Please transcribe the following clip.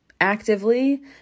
actively